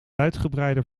uitgebreide